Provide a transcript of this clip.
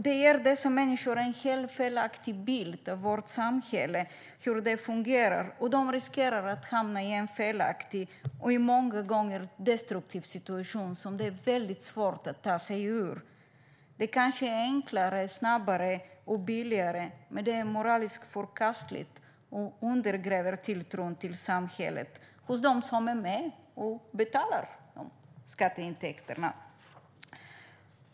Det ger dessa människor en helt felaktig bild av hur vårt samhälle fungerar, och de riskerar att hamna i en felaktig och många gånger destruktiv situation som det är väldigt svårt att ta sig ur. Det kanske är enklare, snabbare och billigare, men det är moraliskt förkastligt och undergräver tilltron till samhället hos dem som är med och bidrar med skatteintäkterna.